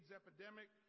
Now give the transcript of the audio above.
epidemic